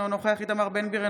אינו נוכח איתמר בן גביר,